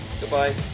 Goodbye